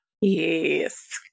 Yes